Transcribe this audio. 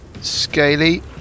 Scaly